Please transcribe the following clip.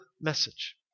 message